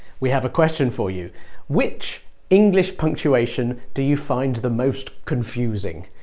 we have a question for you which english punctuation do you find the most confusing?